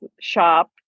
shop